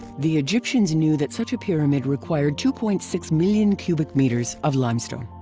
the egyptians knew that such a pyramid required two point six million cubic meters of limestone.